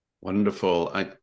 Wonderful